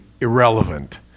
irrelevant